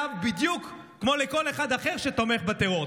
אליו בדיוק כמו לכל אחד אחר שתומך בטרור.